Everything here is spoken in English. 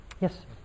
Yes